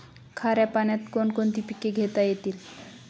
खाऱ्या पाण्यात कोण कोणती पिके घेता येतील?